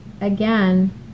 again